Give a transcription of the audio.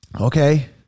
Okay